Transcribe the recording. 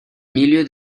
milieu